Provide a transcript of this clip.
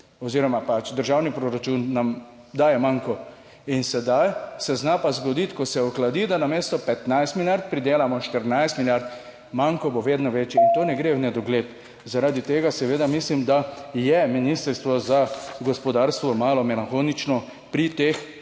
oziroma pač državni proračun nam daje manko in sedaj se zna pa zgoditi, ko se ohladi, da namesto 15 milijard pridelamo 14 milijard. Manko bo vedno večji, / znak za konec razprave/ in to ne gre v nedogled. Zaradi tega seveda mislim, da je Ministrstvo za gospodarstvo malo melanholično pri teh ukrepih,